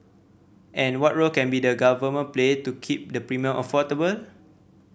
and what role can be the Government play to keep the premium affordable